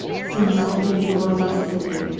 since the day before yesterday,